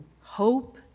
hope